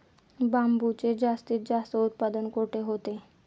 बांबूचे जास्तीत जास्त उत्पादन कुठे होते?